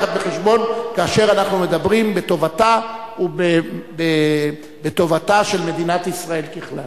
בחשבון כאשר אנחנו מדברים בטובתה של מדינת ישראל ככלל.